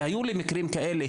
והיו לי מקרים כאלה,